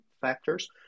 factors